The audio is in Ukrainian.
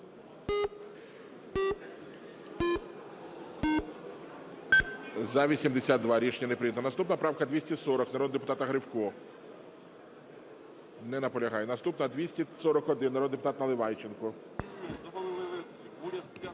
За-82 Рішення не прийнято. Наступна правка 240 народного депутата Гривка. Не наполягає. Наступна 241, народний депутат Наливайченко.